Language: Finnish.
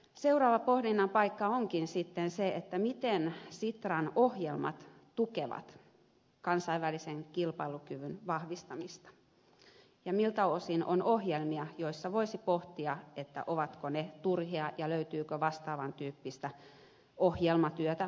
seuraava pohdinnan paikka onkin sitten se miten sitran ohjelmat tukevat kansainvälisen kilpailukyvyn vahvistamista ja miltä osin on ohjelmia joissa voisi pohtia ovatko ne turhia ja löytyykö vastaavan tyyppistä ohjelmatyötä muualtakin